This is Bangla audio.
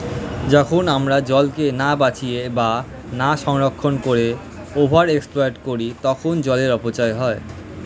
যখন আমরা জলকে না বাঁচিয়ে বা না সংরক্ষণ করে ওভার এক্সপ্লইট করি তখন জলের অপচয় হয়